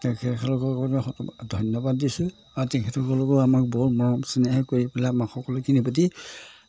তেখেতসকলক আমি শত ধন্যবাদ দিছোঁ আৰু তেখেতসকলকো আমাক বৰ মৰম চেনেহে কৰি পেলাই আমাক সকলোৱে কিনি পাতি